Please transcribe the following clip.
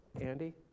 Andy